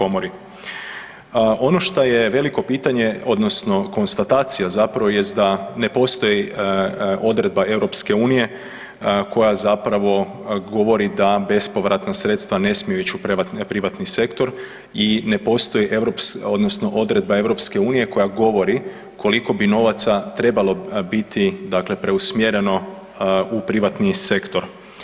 Ono što je veliko pitanje odnosno konstatacija zapravo jest da ne postoji odredba EU koja zapravo govori da bespovratna sredstva ne smiju ići u privatni sektor i ne postoji odredba EU koja govori koliko bi novaca trebalo biti preusmjereno u privatni sektor.